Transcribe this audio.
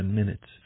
minutes